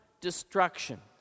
destruction